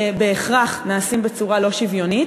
בהכרח זה נעשה בצורה לא שוויונית,